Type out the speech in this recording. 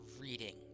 reading